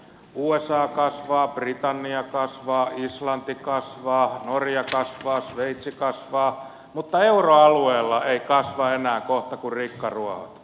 usa kasvaa britannia kasvaa islanti kasvaa norja kasvaa sveitsi kasvaa mutta euroalueella eivät kasva enää kohta kuin rikkaruohot